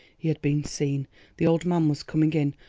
he had been seen the old man was coming in.